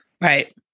right